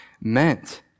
meant